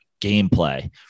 gameplay